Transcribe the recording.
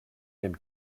him